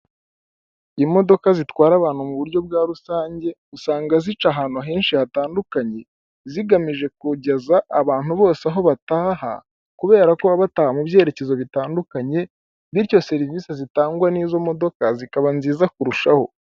Imodoka zitwara abantu mu buryo bwa rusange usanga zica ahantu henshi hatandukanye zigamije kugeza abantu bose aho bataha kubera ko baba bataha mu byerekezo bitandukanye bityo serivisi zitangwa n'izo modoka zikaba nziza kurushaho.